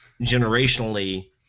generationally